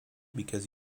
because